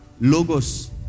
Logos